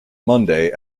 monday